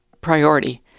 priority